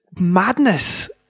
madness